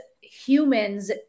humans